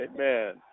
amen